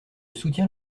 soutiens